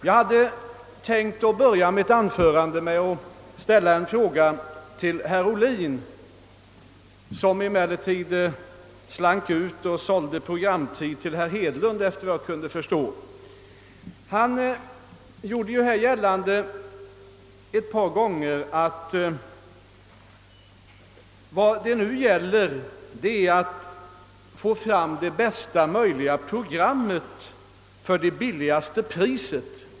Jag hade tänkt börja mitt anförande med att rikta en fråga till herr Ohlin, som emellertid slank ut och »sålde programtid» till herr Hedlund, efter vad jag kan förstå. Herr Ohlin gjorde ett par gånger gällande att vad det är fråga om är att få fram det bästa möjliga programmet till det lägsta priset.